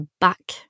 back